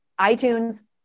iTunes